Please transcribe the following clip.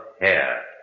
Hair